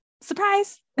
Surprise